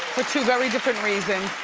for two very different reasons.